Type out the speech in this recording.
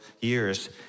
years